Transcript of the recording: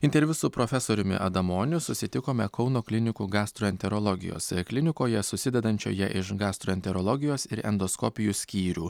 interviu su profesoriumi adamoniu susitikome kauno klinikų gastroenterologijos klinikoje susidedančioje iš gastroenterologijos ir endoskopijų skyrių